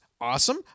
awesome